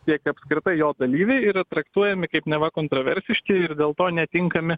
tiek apskritai jo dalyviai yra traktuojami kaip neva kontroversiški ir dėl to netinkami